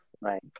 Right